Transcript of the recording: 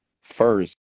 first